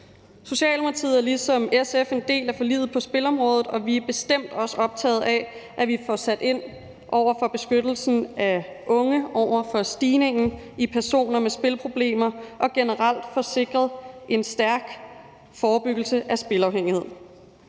Socialdemokratiet er ligesom SF en del af forliget på spilområdet, og vi er bestemt også optaget af, at vi får sat ind i forhold til beskyttelsen af unge og i forhold til stigningen i antallet af personer med spilproblemer og generelt får sikret en stærk forebyggelse af spilafhængighed.